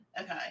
okay